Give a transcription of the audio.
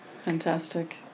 Fantastic